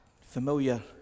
familiar